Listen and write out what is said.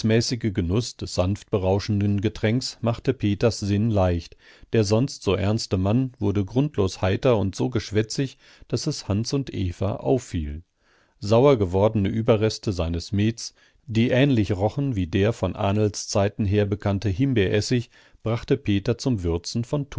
genuß des sanft berauschenden getränks machte peters sinn leicht der sonst so ernste mann wurde grundlos heiter und so geschwätzig daß es hans und eva auffiel sauer gewordene überreste seines mets die ähnlich rochen wie der von ahnls zeiten her bekannte himbeeressig brachte peter zum würzen von